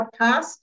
podcast